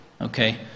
Okay